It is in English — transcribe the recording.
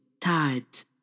Tides